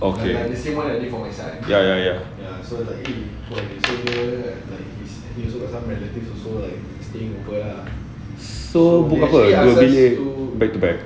okay ya ya ya so book apa dua bilik back to back